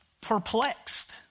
perplexed